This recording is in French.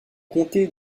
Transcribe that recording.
comté